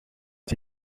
ati